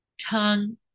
tongue